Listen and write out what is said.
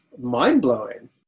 mind-blowing